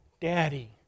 Daddy